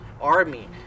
army